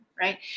Right